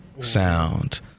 sound